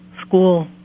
school